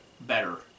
better